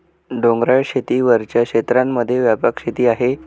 डोंगराळ शेती वरच्या क्षेत्रांमध्ये व्यापक शेती आहे